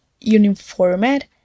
uniformed